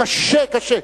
קשה, קשה.